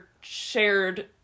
shared